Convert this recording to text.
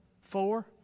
Four